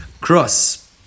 cross